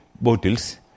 bottles